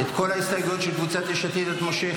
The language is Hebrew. את כל ההסתייגויות של קבוצת יש עתיד את מושכת?